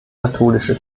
katholische